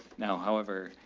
now, however,